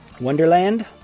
Wonderland